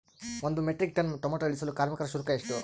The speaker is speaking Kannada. ಒಂದು ಮೆಟ್ರಿಕ್ ಟನ್ ಟೊಮೆಟೊ ಇಳಿಸಲು ಕಾರ್ಮಿಕರ ಶುಲ್ಕ ಎಷ್ಟು?